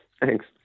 Thanks